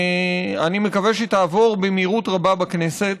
אני מקווה שהיא תעבור במהירות רבה בכנסת.